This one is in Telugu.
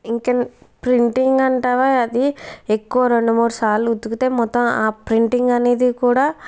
ఇంకెన్ని ప్రింటింగ్ అంటావా అది ఎక్కువ రెండు మూడు సార్లు ఉతికితే మొత్తం ఆ ప్రింటింగ్ అనేది కూడా